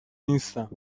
نیستم